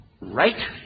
right